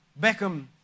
Beckham